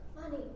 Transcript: Money